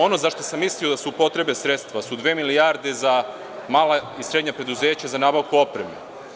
Ono za šta sam mislio da se upotrebe sredstva su dve milijarde za mala i srednja preduzeća za nabavku opreme.